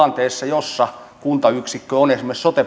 tilanteessa jossa kuntayksikkö on esimerkiksi